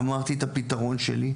אמרתי את הפתרון שלי,